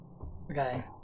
Okay